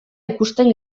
ikusten